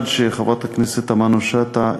עד שחברת הכנסת תמנו-שטה,